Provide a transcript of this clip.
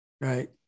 Right